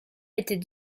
était